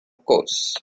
course